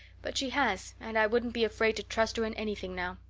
but she has and i wouldn't be afraid to trust her in anything now.